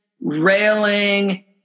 railing